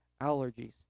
allergies